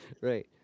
Right